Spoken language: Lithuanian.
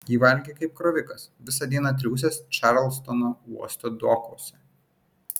ji valgė kaip krovikas visą dieną triūsęs čarlstono uosto dokuose